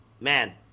man